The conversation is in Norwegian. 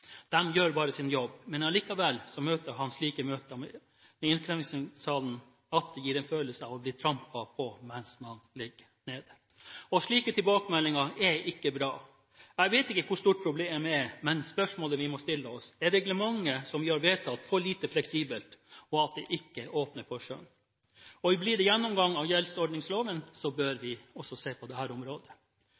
gjør bare sin jobb. Men allikevel beskriver han slike møter med Innkrevingssentralen med at det gir en følelse av å bli trampet på mens man ligger nede. Slike tilbakemeldinger er ikke bra. Jeg vet ikke hvor stort problemet er, men spørsmålet vi må stille oss, er: Er reglementet som vi har vedtatt, for lite fleksibelt, og åpner det ikke for skjønn? Blir det en gjennomgang av gjeldsordningsloven, bør vi også se på dette området.